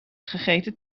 gegeten